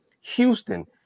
Houston